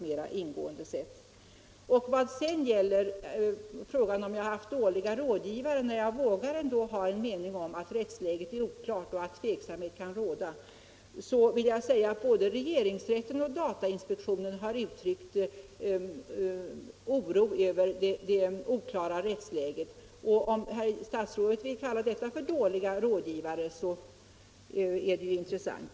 Herr statsrådet sade att jag har haft dåliga rådgivare, när jag vågade ha en mening om att rättsläget är oklart och att tveksamhet kan råda. Men både regeringsrätten och datainspektionen har uttryckt oro över det oklara rättsläget och om herr statsrådet vill kalla dem dåliga rådgivare är det intressant.